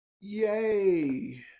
Yay